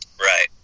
Right